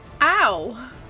Ow